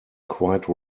quite